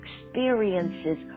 experiences